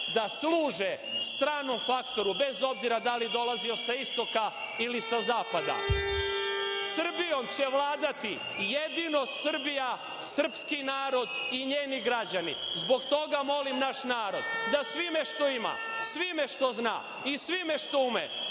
da služe stranom faktoru bez obzira dali dolazio sa istoka ili sa zapada. Srbijom će vladati jedino Srbija, srpski narod i njeni građani. Zbog toga molim naš narod da svime što ima, svime što zna i svime što ume